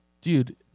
Dude